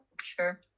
Sure